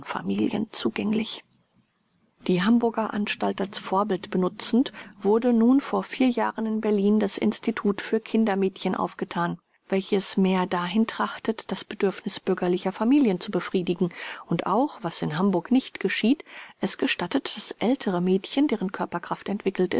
familien zugänglich die hamburger anstalt als vorbild benutzend wurde nun vor vier jahren in berlin das institut für kindermädchen aufgethan welches mehr dahin trachtet das bedürfniß bürgerlicher familien zu befriedigen und auch was in hamburg nicht geschieht es gestattet daß ältere mädchen deren körperkraft entwickelt